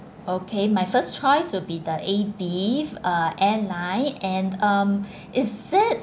okay my first choice will be the A B uh airline and um is it